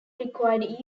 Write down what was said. required